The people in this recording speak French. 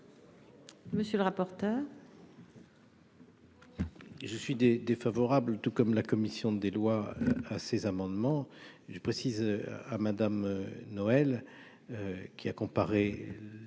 monsieur le rapporteur.